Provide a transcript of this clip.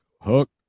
hook